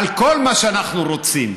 כל מה שאנחנו רוצים,